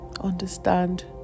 Understand